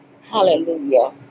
Hallelujah